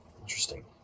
Interesting